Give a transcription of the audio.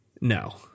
no